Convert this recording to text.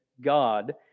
God